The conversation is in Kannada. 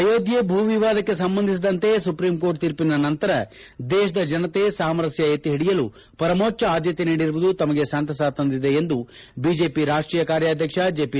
ಆಯೋದ್ದೆಯ ಭೂ ವಿವಾದಕ್ಕೆ ಸಂಬಂಧಿಸಿದಂತೆ ಸುಪ್ರಿಂಕೋರ್ಟ್ ತೀರ್ಟಿನ ನಂತರ ದೇಶದ ಜನತೆ ಸಾಮರಸ್ನ ಎತ್ತಿ ಹಿಡಿಯಲು ಪರಮೋಜ್ನ ಆದ್ಲತೆ ನೀಡಿರುವುದು ತಮಗೆ ಸಂತಸ ತಂದಿದೆ ಎಂದು ಬಿಜೆಪಿ ರಾಷ್ಷೀಯ ಕಾರ್ಯಾಧ್ವಕ್ಷ ಜೆಪಿ